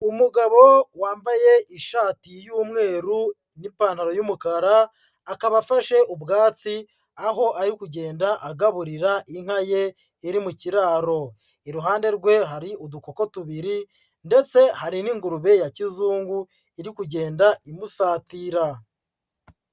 Umugabo wambaye ishati y'umweru n'ipantaro y'umukara, akaba afashe ubwatsi aho ari kugenda agaburira inka ye iri mu kiraro. Iruhande rwe hari udukoko tubiri ndetse hari n'ingurube ya kizungu iri kugenda imusatira.